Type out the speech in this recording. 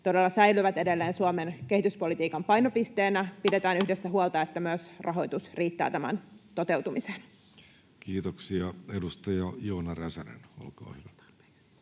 todella säilyvät edelleen Suomen kehityspolitiikan painopisteenä. Pidetään yhdessä huolta, että myös rahoitus riittää tämän toteutumiseen. Kiitoksia. — Edustaja Joona Räsänen, olkaa hyvä.